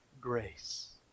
grace